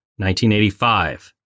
1985